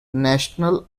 national